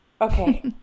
Okay